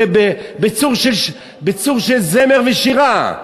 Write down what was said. בצורה של זמר ושירה.